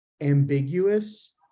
ambiguous